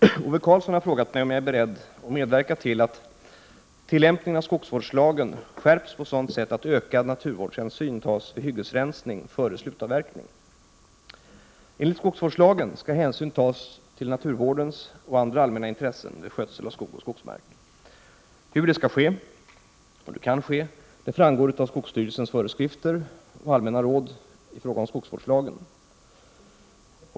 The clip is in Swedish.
Herr talman! Ove Karlsson har frågat mig om jag är beredd att medverka till att tillämpningen av skogsvårdslagen skärps på sådant sätt att ökad naturvårdshänsyn tas vid hyggesrensning före slutavverkning. Enligt skogsvårdslagen skall hänsyn tas till naturvårdens och andra allmänna intressen vid skötseln av skog och skogsmark. Hur detta skall och kan ske framgår av skogsstyrelsens föreskrifter och allmänna råd i fråga om skogsvårdslagen.